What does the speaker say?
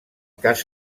cas